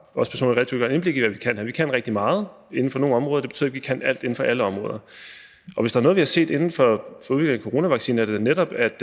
Jeg har også personligt et rigtig godt indblik i, hvad vi kan, og vi kan rigtig meget inden for nogle områder. Det betyder ikke, at vi kan alt inden for alle områder. Hvis der er noget, vi har set inden for udviklingen af coronavaccine, er det da netop, at